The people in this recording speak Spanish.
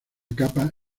capa